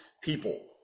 people